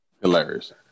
Hilarious